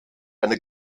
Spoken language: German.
eine